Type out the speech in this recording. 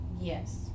Yes